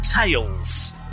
tails